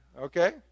Okay